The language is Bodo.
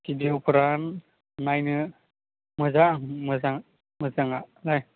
भिडिअफोरा नायनो मोजां मोजां मोजाङा